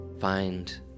Find